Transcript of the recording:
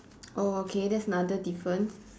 oh okay that's another difference